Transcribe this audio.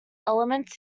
elements